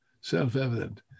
self-evident